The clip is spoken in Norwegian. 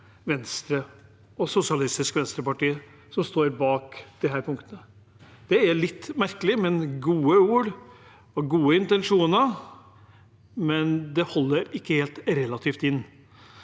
Venstre og Sosialistisk Venstreparti som står bak disse punktene. Det er litt merkelig. Det er gode ord og gode intensjoner, men det holder ikke helt inn.